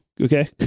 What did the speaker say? okay